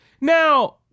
now